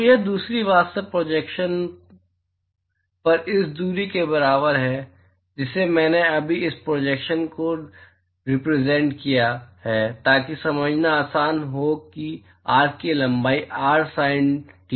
तो यह दूरी वास्तव में प्रोजेक्शन पर इस दूरी के बराबर है जिसे मैंने अभी इस प्रोजेक्शन को रिपरेसेंट किया है ताकि यह समझना आसान हो कि आर्क की लंबाई r sin theta d dphi है